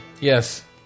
Yes